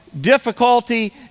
difficulty